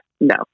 No